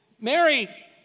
Mary